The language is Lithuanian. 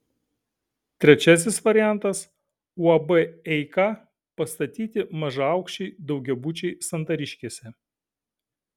trečiasis variantas uab eika pastatyti mažaaukščiai daugiabučiai santariškėse